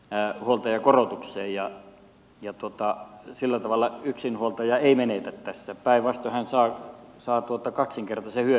kohdistuu yksinhuoltajakorotukseen ja sillä tavalla yksinhuoltaja ei menetä tässä päinvastoin hän saa kaksinkertaisen hyödyn siitä